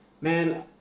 man